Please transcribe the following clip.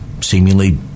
seemingly